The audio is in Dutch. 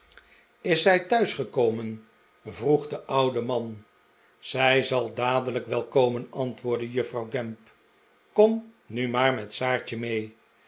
is zij thuis gekomen vroeg de oude man zij zal dadelijk wel komen antwoordde juffrouw gamp kom nu maar met saartje mee